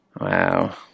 Wow